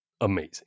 amazing